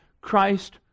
Christ